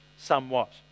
Somewhat